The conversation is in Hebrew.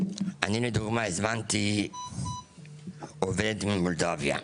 אני לדוגמה, הזמנתי עובדת ממולדובה,